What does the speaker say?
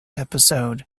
episode